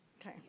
Okay